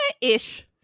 ish